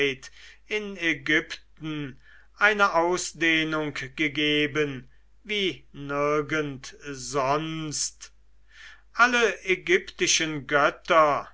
in ägypten eine ausdehnung gegeben wie nirgend sonst alle ägyptischen götter